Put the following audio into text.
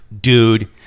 dude